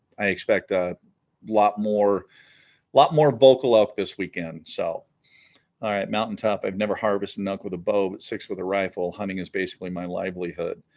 i expect a lot more a lot more vocal up this weekend so alright mountain top i've never harvested ah with a bow but six with a rifle hunting is basically my livelihood